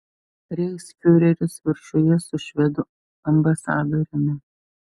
reichsfiureris viršuje su švedų ambasadoriumi